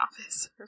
office